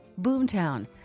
Boomtown